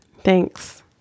Thanks